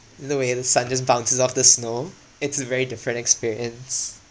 the way the sun just bounces off the snow it's a very different experience